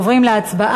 אנחנו עוברים להצבעה.